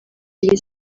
iri